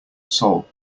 sol